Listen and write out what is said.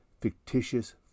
fictitious